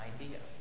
idea